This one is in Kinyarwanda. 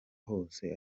hose